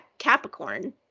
Capricorn